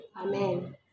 Amen